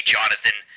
Jonathan